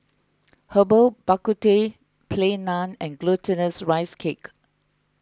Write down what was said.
Herbal Bak Ku Teh Plain Naan and Glutinous Rice Cake